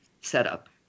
setup